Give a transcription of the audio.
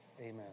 Amen